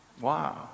Wow